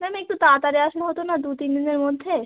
ma'am একটু তাড়াতাড়ি আসলে হতো না দু তিন দিনের মধ্যে